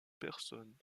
personne